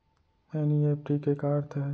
NEFT के का अर्थ है?